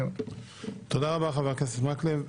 תודה, חבר הכנסת מקלב.